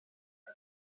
per